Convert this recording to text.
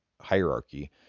hierarchy